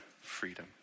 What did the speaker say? freedom